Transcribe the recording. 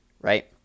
Right